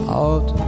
out